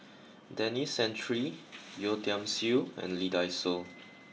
Denis Santry Yeo Tiam Siew and Lee Dai Soh